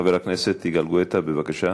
חבר הכנסת יגאל גואטה, בבקשה.